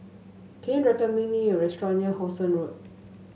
can you recommend me a restaurant near How Sun Road